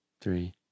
Three